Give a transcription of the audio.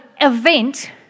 event